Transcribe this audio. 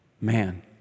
Man